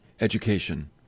education